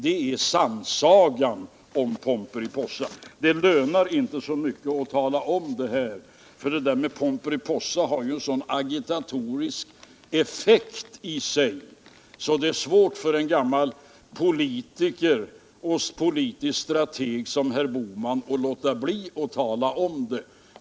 Det är sannsagan om Pomperipossaeffekten. Det lönar inte så mycket att tala om hur det var, för det där med Pomperipossa har ju en så agitatorisk effekt i sig att det är svårt för en gammal politisk strateg som herr Bohman att låta bli att tala om det.